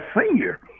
senior